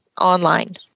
online